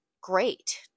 great